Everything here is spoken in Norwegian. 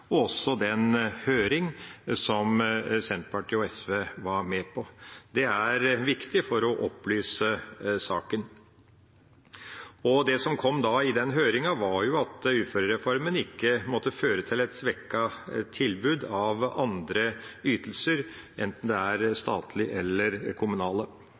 og den høringa som Senterpartiet og SV var med på. Det er viktig for å opplyse saken. Det som kom fram i den høringa, var at uførereformen ikke måtte føre til et svekket tilbud av andre ytelser, enten de er statlige eller kommunale.